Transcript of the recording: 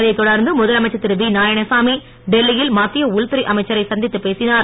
அதைத் தொடர்ந்து முதலமைச்சர் திரு வி நாராயணசாமி டெல்லியில் மத்திய உள்துறை அமைச்சரை சந்தித்துப் பேசினார்